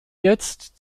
jetzt